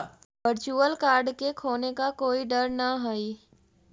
virtual card के खोने का कोई डर न हई